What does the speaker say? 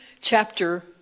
chapter